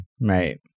Right